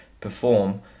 perform